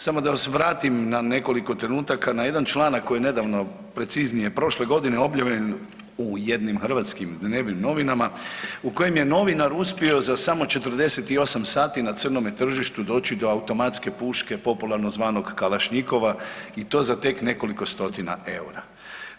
Samo da se vratim na nekoliko trenutaka na jedan članak koji je nedavno preciznije prošle godine objavljen u jednim hrvatskih dnevnim novinama u kojem je novinar uspio za samo 48 sati na crnome tržištu doći do automatske puške popularno zvanog kalašnjikova i to za tek nekoliko stotina EUR-a.